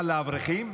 אבל לאברכים?